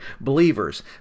believers